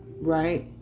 Right